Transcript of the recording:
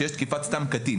כלומר, שיש תקיפת סתם קטין.